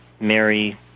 Mary